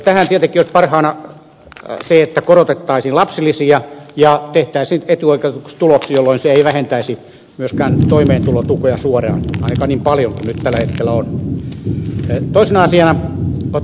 tähän tietenkin olisi parhainta se että korotettaisiin lapsilisiä ja tehtäisiin ne etuoikeutetuksi tuloksi jolloin se ei vähentäisi toimeentulotukea suoraan ainakaan niin paljon kuin tällä hetkellä